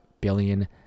billion